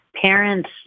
parents